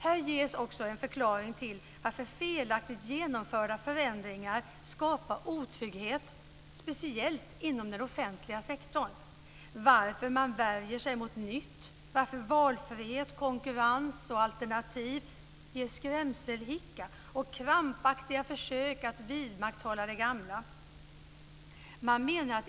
Här ges också en förklaring till varför felaktigt genomförda förändringar skapar otrygghet, speciellt inom den offentliga sektorn, varför man värjer sig mot nytt, varför valfrihet, konkurrens och alternativ ger skrämselhicka och leder till krampaktiga försök att vidmakthålla det gamla.